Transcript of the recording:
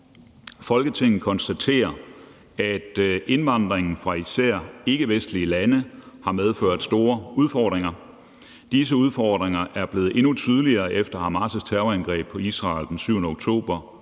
»Folketinget konstaterer, at indvandringen fra især ikkevestlige lande har medført store udfordringer. Disse udfordringer er blevet endnu tydeligere efter Hamas' terrorangreb på Israel den 7. oktober